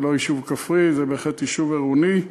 זה לא יישוב כפרי, זה בהחלט יישוב עירוני.